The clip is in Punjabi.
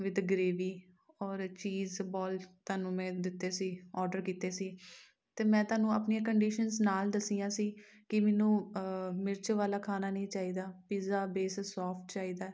ਵਿਦ ਗਰੇਵੀ ਔਰ ਚੀਜ਼ ਬੋਲ ਤੁਹਾਨੂੰ ਮੈਂ ਦਿੱਤੇ ਸੀ ਔਡਰ ਕੀਤੇ ਸੀ ਅਤੇ ਮੈਂ ਤੁਹਾਨੂੰ ਆਪਣੀਆਂ ਕੰਡੀਸ਼ਨਿਸ ਨਾਲ ਦੱਸੀਆਂ ਸੀ ਕਿ ਮੈਨੂੰ ਮਿਰਚ ਵਾਲਾ ਖਾਣਾ ਨਹੀਂ ਚਾਹੀਦਾ ਪੀਜ਼ਾ ਬੇਸ ਸੋਫਟ ਚਾਹੀਦਾ